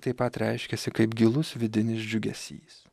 taip pat reiškiasi kaip gilus vidinis džiugesys